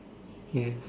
yes